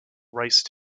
rice